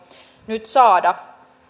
nyt saada